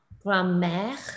grand-mère